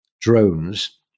drones